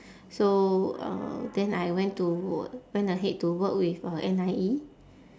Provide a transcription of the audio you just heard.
so uh then I went to went ahead to work with uh N_I_E